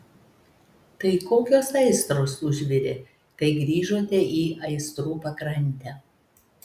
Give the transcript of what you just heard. tai kokios aistros užvirė kai grįžote į aistrų pakrantę